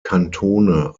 kantone